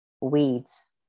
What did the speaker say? weeds